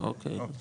אוקי.